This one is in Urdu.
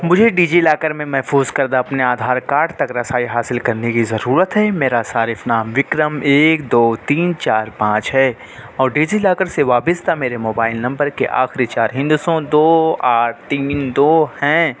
مجھے ڈی جی لاکر میں محفوظ کردہ اپنے آدھار کاڈ تک رسائی حاصل کرنے کی ضرورت ہے میرا صارف نام وکرم ایک دو تین چار پانچ ہے اور ڈی جی لاکر سے وابستہ میرے موبائل نمبر کے آخری چار ہندسوں دو آٹھ تین دو ہیں